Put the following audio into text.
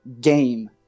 game